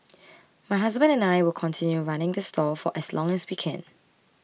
my husband and I will continue running the stall for as long as we can